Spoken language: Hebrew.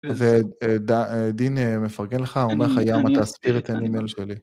ודין מפרגן לך, הוא אומר לך ים, אתה ה spirit animal שלי.